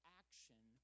action